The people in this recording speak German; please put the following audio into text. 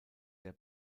der